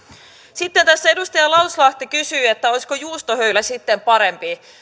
sitten tässä edustaja lauslahti kysyi olisiko juustohöylä sitten parempi